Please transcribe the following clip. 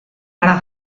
hara